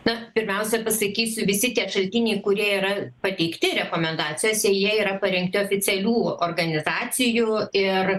na pirmiausia pasakysiu visi tie šaltiniai kurie yra pateikti rekomendacijose jie yra parengti oficialių organizacijų ir